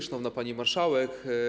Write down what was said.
Szanowna Pani Marszałek!